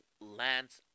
Lance